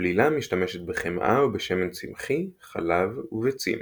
הבלילה משתמשת בחמאה או בשמן צמחי, חלב וביצים.